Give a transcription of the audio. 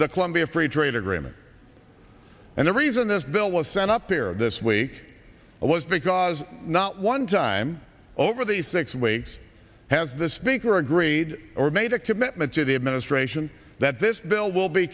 the colombia free trade agreement and the reason this bill was sent up here this week was because not one time over the six weeks has the speaker agreed or made a commitment to the administration that this bill will be